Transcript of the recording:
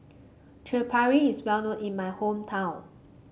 Chaat Papri is well known in my hometown